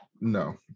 No